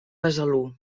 besalú